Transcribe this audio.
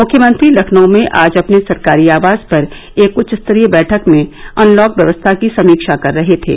मुख्यमंत्री लखनऊ में आज अपने सरकारी आवास पर एक उच्च स्तरीय बैठक में अनलॉक व्यवस्था की समीक्षा कर रहे थे